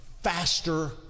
faster